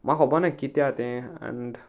म्हाका खबर ना कित्या तें एंड